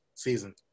Season